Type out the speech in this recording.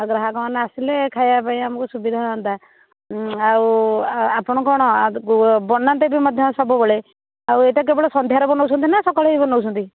ଆଉ ଗ୍ରାହକମାନେ ଆସିଲେ ଖାଇବା ପାଇଁ ଆମକୁ ସୁବିଧା ହୁଅନ୍ତା ଆଉ ଆପଣ କ'ଣ ବନାନ୍ତି ମଧ୍ୟ ସବୁବେଳେ ଆଉ ଏଇଟା କେବଳ ସନ୍ଧ୍ୟାରେ ବନଉଛନ୍ତି ନା ସକାଳେ ବି ବନଉଛନ୍ତି